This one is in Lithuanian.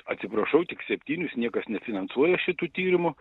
atsiprašau tik septynis niekas nefinansuoja šitų tyrimų